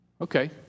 Okay